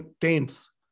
taints